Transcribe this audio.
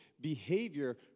behavior